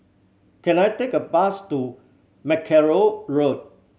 can I take a bus to Mackerrow Road